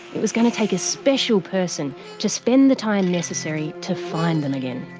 it was going to take a special person to spend the time necessary to find them again.